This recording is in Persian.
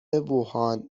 ووهان